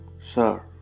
Sir